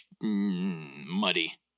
Muddy